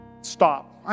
Stop